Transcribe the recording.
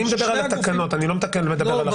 אני מדבר על התקנות, אני לא מדבר על החוק.